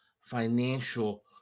financial